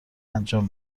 انجام